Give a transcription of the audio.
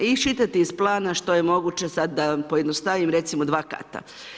Iščitate iz plana što je moguće sad da vam pojednostavim, recimo dva kata.